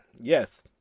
yes